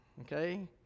Okay